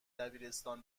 دبیرستان